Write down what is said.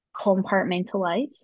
compartmentalize